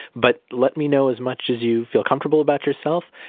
but let me know as much as you feel comfortable about yourself.